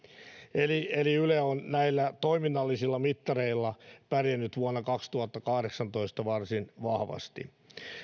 eli eli yle on näillä toiminnallisilla mittareilla pärjännyt vuonna kaksituhattakahdeksantoista varsin vahvasti